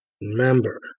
Remember